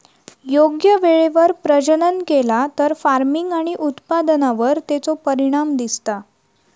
योग्य वेळेवर प्रजनन केला तर फार्मिग आणि उत्पादनावर तेचो परिणाम दिसता